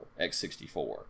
x64